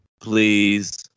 Please